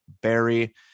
Barry